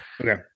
okay